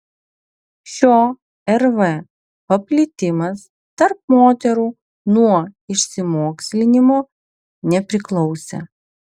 šio rv paplitimas tarp moterų nuo išsimokslinimo nepriklausė